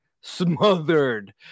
smothered